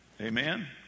amen